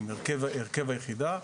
הרכב היחידה.